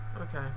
Okay